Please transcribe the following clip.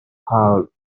halved